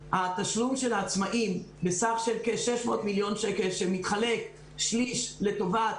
התשלום של העצמאים בסך של כ-600 מיליון שקלים מתחלק שליש לטובת